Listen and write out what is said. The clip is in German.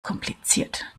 kompliziert